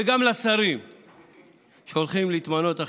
וגם לשרים שהולכים להתמנות עכשיו: